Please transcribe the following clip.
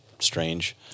Strange